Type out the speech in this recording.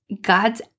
God's